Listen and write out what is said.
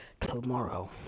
tomorrow